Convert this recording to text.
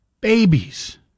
babies